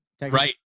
Right